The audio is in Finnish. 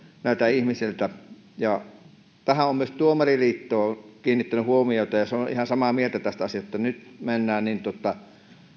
ihmisiltä tähän on myös tuomariliitto kiinnittänyt huomiota ja se on ihan samaa mieltä tästä asiasta että nyt mennään